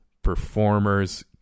performers